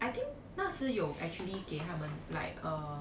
I think 那时有 actually 给他们 like uh